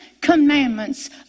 Commandments